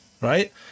right